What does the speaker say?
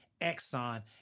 Exxon